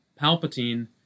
Palpatine